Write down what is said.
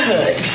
Hood